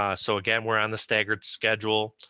ah so again, we're on the staggered schedule,